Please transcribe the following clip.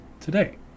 today